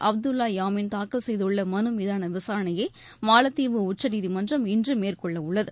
அப்துல்லா யாமீன் தாக்கல் செய்துள்ள மனுமீதான விசாரணையை மாலத்தீவு உச்சநீதிமன்றம் இன்று மேற்கொள்ளவுள்ளது